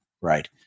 right